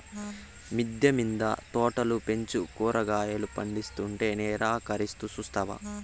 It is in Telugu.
మిద్దె మింద తోటలు పెంచి కూరగాయలు పందిస్తుంటే నిరాకరిస్తూ చూస్తావా